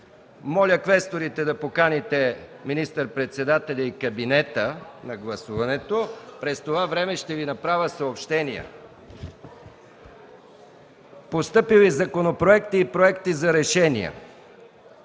Моля, квесторите да поканите министър-председателя и кабинета на гласуването. През това време ще направя съобщения. Постъпили са законопроекти и проекти за решения.